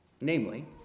Namely